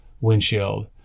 windshield